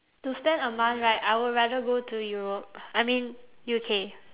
to spend a month right I will rather go to europe I mean U_K